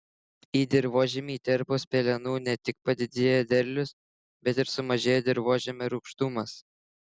į dirvožemį įterpus pelenų ne tik padidėja derlius bet ir sumažėja dirvožemio rūgštumas